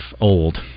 old